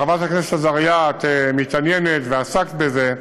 חברת הכנסת עזריה, את מתעניינת ועסקת בזה,